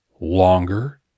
longer